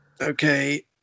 Okay